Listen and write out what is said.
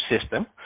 system